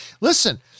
Listen